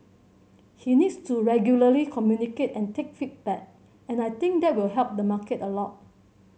he needs to regularly communicate and take feedback and I think that will help the market a lot